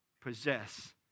possess